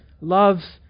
loves